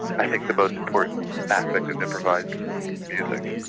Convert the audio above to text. i think, the most important aspect of improvised music,